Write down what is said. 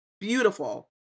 Beautiful